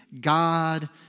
God